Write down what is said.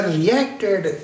reacted